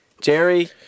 Jerry